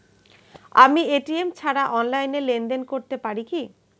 আমি এ.টি.এম ছাড়া অনলাইনে লেনদেন করতে পারি কি?